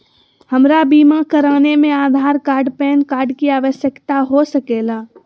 हमरा बीमा कराने में आधार कार्ड पैन कार्ड की आवश्यकता हो सके ला?